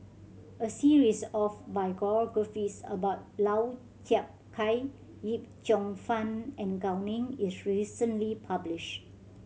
a series of biographies about Lau Chiap Khai Yip Cheong Fun and Gao Ning is recently publish